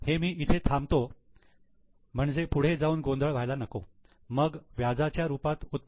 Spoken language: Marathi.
हे मी इथे थांबतो म्हणजे पुढे जाऊन गोंधळ व्हायला नको मग व्याजाच्या रूपातील उत्पन्न